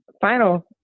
final